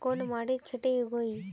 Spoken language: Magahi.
कोन माटित खेती उगोहो?